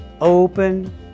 open